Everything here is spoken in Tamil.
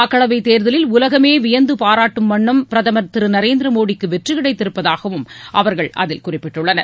மக்களவை தேர்தலில் உலகமே வியந்து பாராட்டும் வண்ணம் பிரதமர் திரு நரேந்திர மோதிக்கு வெற்றி கிடைத்திருப்பதாகவும் அவர்கள் அதில் குறிப்பிட்டுள்ளனர்